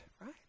right